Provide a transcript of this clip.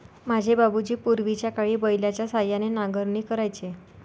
माझे बाबूजी पूर्वीच्याकाळी बैलाच्या सहाय्याने नांगरणी करायचे